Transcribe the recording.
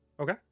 Okay